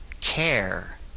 care